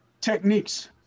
techniques